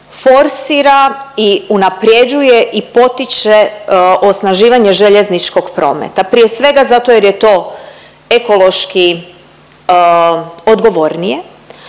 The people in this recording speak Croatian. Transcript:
forsira i unaprjeđuje i potiče osnaživanje željezničkog prometa. Prije svega zato jer je to ekološki odgovornije,